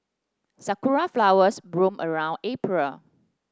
sakura flowers bloom around April